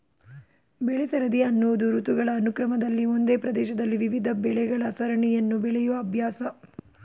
ಬೆಳೆಸರದಿ ಅನ್ನೋದು ಋತುಗಳ ಅನುಕ್ರಮದಲ್ಲಿ ಒಂದೇ ಪ್ರದೇಶದಲ್ಲಿ ವಿವಿಧ ಬೆಳೆಗಳ ಸರಣಿಯನ್ನು ಬೆಳೆಯೋ ಅಭ್ಯಾಸ